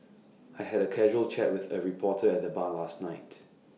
I had A casual chat with A reporter at the bar last night